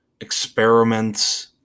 experiments